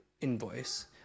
invoice